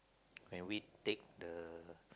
when we take the